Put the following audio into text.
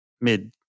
mid